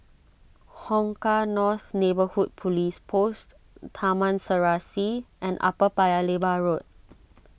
Hong Kah North Neighbourhood Police Post Taman Serasi and Upper Paya Lebar Road